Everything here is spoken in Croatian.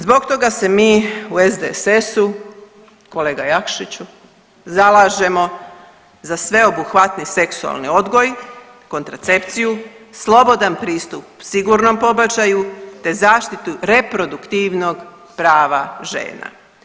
Zbog toga se mi u SDSS-u kolega Jakšiću zalažemo za sveobuhvatni seksualni odgoj, kontracepciju, slobodan pristup sigurnom pobačaju, te zaštiti reproduktivnog prava žena.